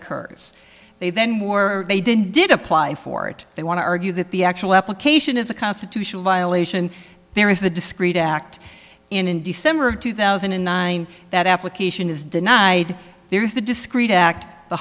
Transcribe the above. occurs they then more or they didn't did apply for it they want to argue that the actual application is a constitutional violation there is a discrete act in december two thousand and nine that application is denied there is a discrete act the